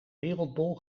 wereldbol